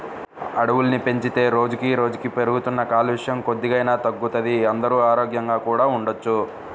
అడవుల్ని పెంచితే రోజుకి రోజుకీ పెరుగుతున్న కాలుష్యం కొద్దిగైనా తగ్గుతది, అందరూ ఆరోగ్యంగా కూడా ఉండొచ్చు